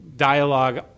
dialogue